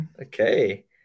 Okay